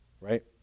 right